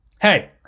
hey